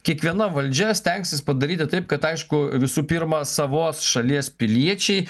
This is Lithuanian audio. kiekviena valdžia stengsis padaryti taip kad aišku visų pirma savos šalies piliečiai